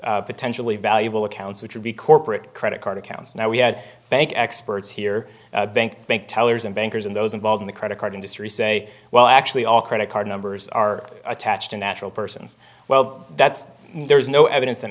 of potentially valuable accounts which would be corporate credit card accounts now we had bank experts here bank bank tellers and bankers and those involved in the credit card industry say well actually all credit card numbers are attached or natural persons well that's there's no evidence